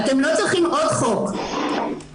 אתם לא צריכים עוד חוק --- לנו.